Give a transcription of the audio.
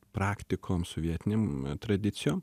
praktikom sovietinėm tradicijom